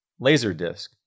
Laserdisc